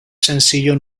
sencillo